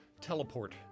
teleport